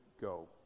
go